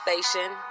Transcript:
station